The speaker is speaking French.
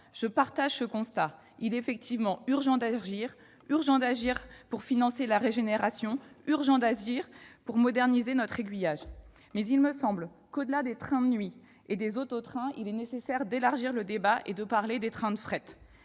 j'approuve ce constat. Il est effectivement urgent d'agir : urgent d'agir pour financer la régénération ferroviaire, urgent d'agir pour moderniser notre aiguillage. Toutefois, au-delà des trains de nuit et des auto-trains, il me semble nécessaire d'élargir le débat pour parler des trains de fret.